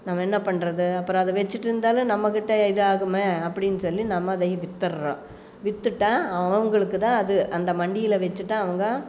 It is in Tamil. நம்ம என்ன பண்ணுறது அப்புறம் அதை வெச்சிட்டுருந்தாலும் நம்மக்கிட்டே இது ஆகும் அப்படின்னு சொல்லி நம்ம அதையும் வித்துடுறோம் வித்துட்டால் அவங்களுக்குத்தான் அது அந்த மண்டியில் வெச்சிட்டால் அவங்க